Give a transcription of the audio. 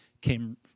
came